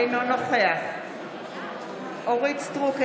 אינו נוכח אורית מלכה סטרוק,